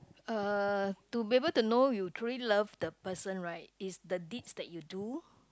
uh to be able to know you truly love the person right is the deeds that you do